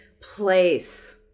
place